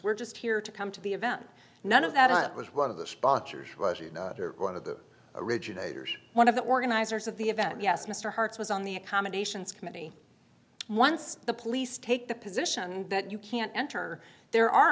we're just here to come to the event none of that was one of the sponsors or one of the originators one of the organizers of the event yes mr hart's was on the accommodations committee once the police take the position that you can't enter there are